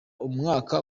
umwaka